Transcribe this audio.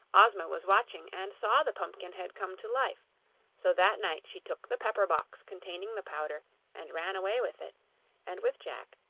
ozma was watching, and saw the pumpkinhead come to life so that night she took the pepper-box containing the powder and ran away with it and with jack,